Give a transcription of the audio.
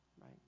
right